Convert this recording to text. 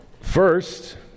First